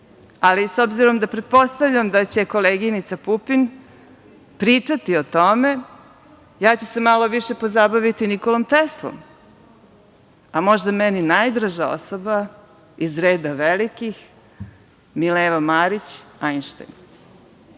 ali s obzirom, pretpostavljam, da će koleginica Pupin pričati o tome, ja ću se malo više pozabaviti Nikolom Teslom, a možda meni najdraža osoba iz reda velikih – Mileva Marić